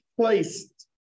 placed